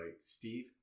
Steve